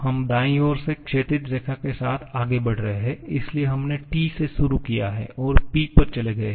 हम दाईं ओर से क्षैतिज रेखा के साथ आगे बढ़ रहे हैं इसलिए हमने T से शुरू किया है और P पर चले गए हैं